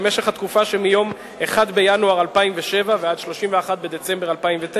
בתקופה שמיום 1 בינואר 2007 עד 31 בדצמבר 2009,